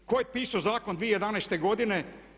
Tko je pisao zakon 2011. godine?